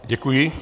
Děkuji.